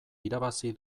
irabazi